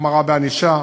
החמרה בענישה.